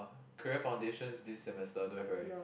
career foundation this semester don't have right